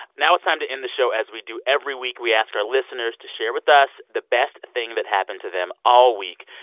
now it's time to end the show as we do every week. we ask our listeners to share with us the best thing that happened to them all week.